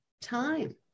time